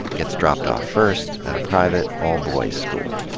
gets dropped off first, at a private, all boys' school.